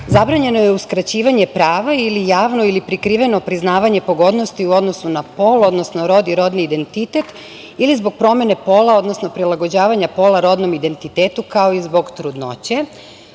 –zabranjeno je uskraćivanje prava ili javno ili prikriveno priznavanje pogodnosti u odnosu na pol, odnosno rod i rodni identitet ili zbog promene pola, odnosno prilagođavanja pola rodnom identitetu, kao i zbog trudnoće,